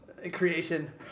Creation